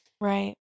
Right